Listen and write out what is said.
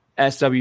SW